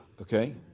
okay